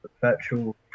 virtual